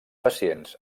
pacients